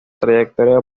trayectoria